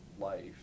life